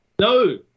No